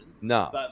No